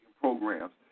programs